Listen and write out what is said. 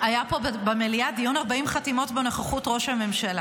היה פה במליאה דיון 40 חתימות בנוכחות ראש הממשלה.